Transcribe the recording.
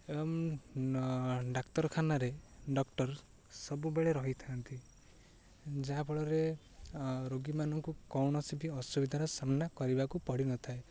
ଏବଂ ଡାକ୍ତରଖାନାରେ ଡକ୍ଟର ସବୁବେଳେ ରହିଥାନ୍ତି ଯାହାଫଳରେ ରୋଗୀମାନଙ୍କୁ କୌଣସି ବି ଅସୁବିଧାର ସାମ୍ନା କରିବାକୁ ପଡ଼ିନଥାଏ